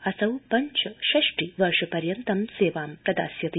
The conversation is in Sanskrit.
असौ पञ्च षष्टि वर्षपर्यन्त सेवां प्रदास्यति